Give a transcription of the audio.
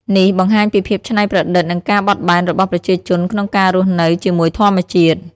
នេះបង្ហាញពីភាពច្នៃប្រឌិតនិងការបត់បែនរបស់ប្រជាជនក្នុងការរស់នៅជាមួយធម្មជាតិ។